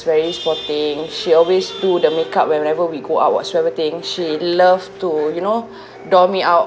very sporting she always do the makeup whenever we go out whatsoever thing she love to you know doll me out